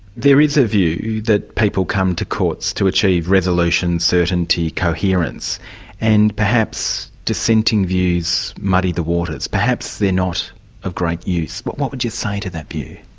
there is a view that people come to courts to achieve resolution, certainty, coherence and perhaps dissenting views muddy the waters, perhaps they're not of great use. what what would you say to that view?